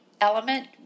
element